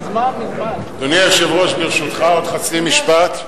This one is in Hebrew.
אדוני היושב-ראש, ברשותך, עוד חצי משפט.